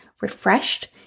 refreshed